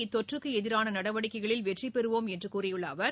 இத்தொற்றுக்கு எதிரான நடவடிக்கைகளில் வெற்றி பெறுவோம் என்று கூறியுள்ள அவர்